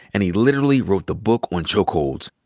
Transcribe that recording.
and he literally wrote the book on chokeholds.